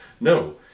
no